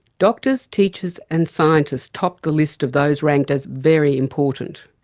doctors, teachers, and scientists topped the list of those ranked as very important